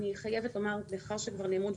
אני חייבת לומר מאחר שכבר נאמרו דברים,